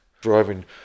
driving